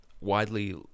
widely